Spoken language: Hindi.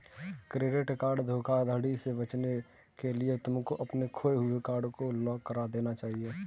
क्रेडिट कार्ड धोखाधड़ी से बचने के लिए तुमको अपने खोए हुए कार्ड को ब्लॉक करा देना चाहिए